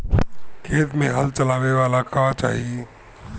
खेत मे हल चलावेला का चाही?